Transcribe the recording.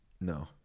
no